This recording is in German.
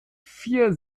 vier